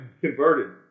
converted